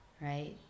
right